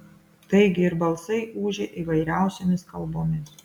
taigi ir balsai ūžė įvairiausiomis kalbomis